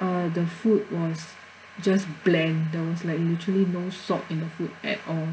uh the food was just bland there was like literally no salt in the food at all